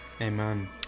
amen